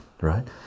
right